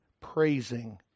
praising